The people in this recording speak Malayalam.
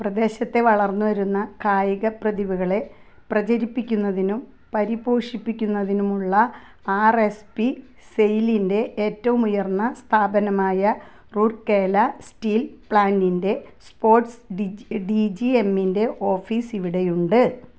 പ്രദേശത്തെ വളർന്നുവരുന്ന കായിക പ്രതിഭകളെ പ്രചരിപ്പിക്കുന്നതിനും പരിപോഷിപ്പിക്കുന്നതിനുമുള്ള ആർ എസ് പി സെയിലിന്റെ ഏറ്റവും ഉയർന്ന സ്ഥാപനമായ റൂർക്കേല സ്റ്റീൽ പ്ലാന്റിന്റെ sports D G D G എമ്മിന്റെ ഓഫീസ് ഇവിടെയുണ്ട്